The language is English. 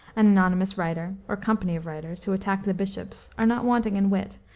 an anonymous writer, or company of writers, who attacked the bishops, are not wanting in wit,